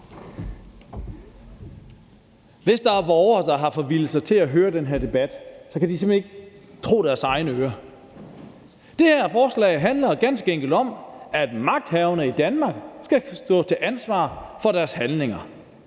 Hvis der er borgere, der har forvildet sig til at høre den her debat, kan de simpelt hen ikke tro deres egne ører. Det her forslag handler ganske enkelt om, at magthaverne i Danmark skal stå til ansvar for deres handlinger,